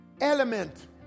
element